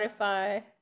Spotify